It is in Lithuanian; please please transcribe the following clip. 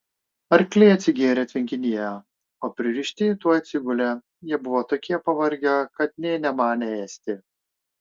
arkliai atsigėrė tvenkinyje o pririšti tuoj atsigulė jie buvo tokie pavargę kad nė nemanė ėsti